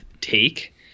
take